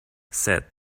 said